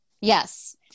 Yes